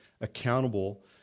accountable